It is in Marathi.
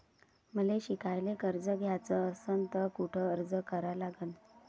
मले शिकायले कर्ज घ्याच असन तर कुठ अर्ज करा लागन?